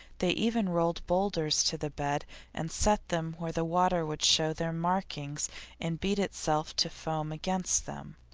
they even rolled boulders to the bed and set them where the water would show their markings and beat itself to foam against them.